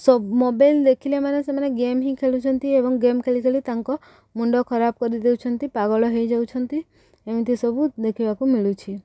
ସ ମୋବାଇଲ୍ ଦେଖିଲେ ମାନେ ସେମାନେ ଗେମ୍ ହିଁ ଖେଳୁଛନ୍ତି ଏବଂ ଗେମ୍ ଖେଳି ଖେ ତାଙ୍କ ମୁଣ୍ଡ ଖରାପ କରିଦେଉଛନ୍ତି ପାଗଳ ହେଇଯାଉଛନ୍ତି ଏମିତି ସବୁ ଦେଖିବାକୁ ମିଳୁଛି